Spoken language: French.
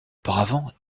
auparavant